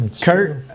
Kurt